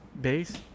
base